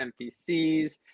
NPCs